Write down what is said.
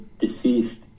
deceased